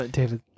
David